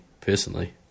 personally